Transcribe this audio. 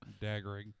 daggering